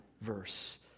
verse